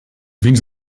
vins